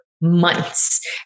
months